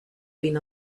been